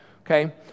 okay